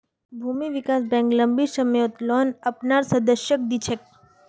भूमि विकास बैंक लम्बी सम्ययोत लोन अपनार सदस्यक दी छेक